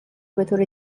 بطور